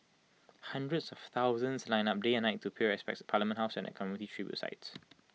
hundreds of thousands lined up day and night to pay respects at parliament house and at community tribute sites